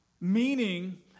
Meaning